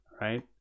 right